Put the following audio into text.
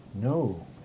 No